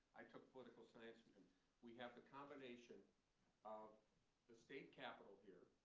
i took political science we have the combination of the state capital here,